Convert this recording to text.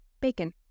bacon